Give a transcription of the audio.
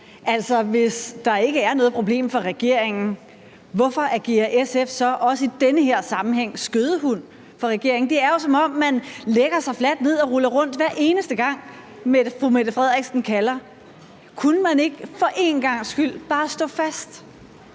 hvis der ikke er noget problem for regeringen, hvorfor agerer SF så også i den her sammenhæng skødehund for regeringen? Det er jo, som om man lægger sig fladt ned og ruller rundt, hver eneste gang statsministeren kalder. Kunne man ikke for én gangs skyld bare stå fast?